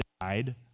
died